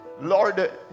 Lord